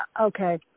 Okay